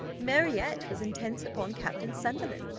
marriott was intent upon captain sunderland.